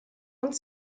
uns